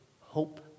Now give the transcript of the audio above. hope